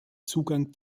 zugang